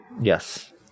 Yes